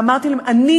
אמרתי להם: אני